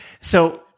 So-